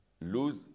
lose